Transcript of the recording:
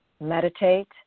meditate